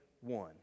one